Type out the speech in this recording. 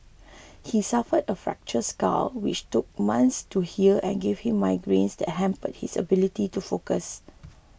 he suffered a fractured skull which took months to heal and gave him migraines that hampered his ability to focus